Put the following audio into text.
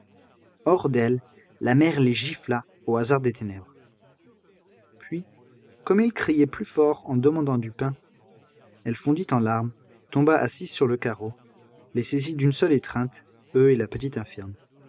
hors d'elle la mère les gifla au hasard des ténèbres puis comme ils criaient plus fort en demandant du pain elle fondit en larmes tomba assise sur le carreau les saisit d'une seule étreinte eux et la petite infirme